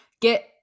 get